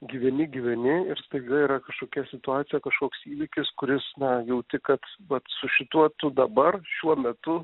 gyveni gyveni ir staiga yra kažkokia situacija kažkoks įvykis kuris na jauti kad vat su šituo tu dabar šiuo metu